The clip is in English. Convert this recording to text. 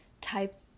type